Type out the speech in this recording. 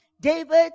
David